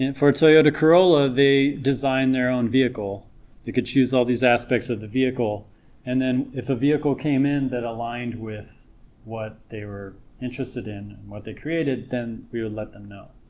for toyota carolla they design their own vehicle they could choose all these aspects of the vehicle and then if a vehicle came in that aligned with what they were interested in and what they created then we would let them know